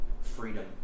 freedom